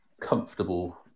comfortable